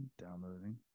downloading